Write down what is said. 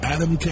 Adam